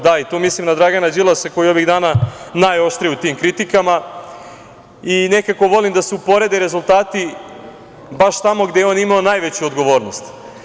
Da, i tu mislim na Dragana Đilasa koji je ovih dana najoštriji u tim kritikama i nekako volim da se uporede rezultati baš tom gde je on imao najveću odgovornost.